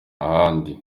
ahandi